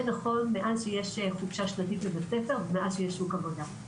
זה נכון מאז שיש חופשה שנתית בבית ספר ומאז שיש שוק עבודה.